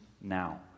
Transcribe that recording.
now